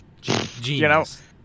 Genius